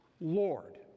Lord